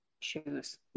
choose